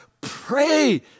Pray